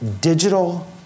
digital